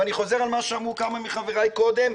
ואני חוזר על מה שאמרו כמה מחבריי קודם,